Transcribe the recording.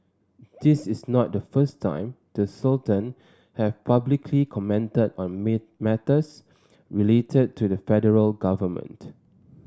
this is not the first time the Sultan has publicly commented on matters related to the federal government